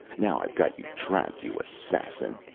now i've got you trapped, you assassin.